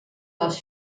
les